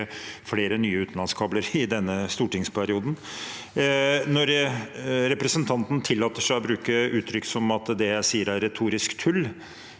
flere nye utenlandskabler i denne stortingsperioden. Når representanten tillater seg å bruke uttrykk som at det jeg sier er «retorisk tull»,